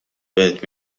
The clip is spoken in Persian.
بهت